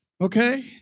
Okay